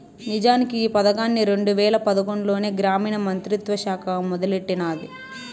నిజానికి ఈ పదకాన్ని రెండు వేల పదకొండులోనే గ్రామీణ మంత్రిత్వ శాఖ మొదలెట్టినాది